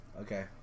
Okay